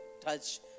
touch